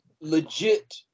legit